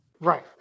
Right